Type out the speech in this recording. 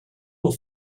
will